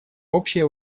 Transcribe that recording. общее